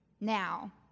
Now